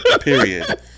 Period